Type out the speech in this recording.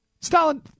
Stalin